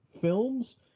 films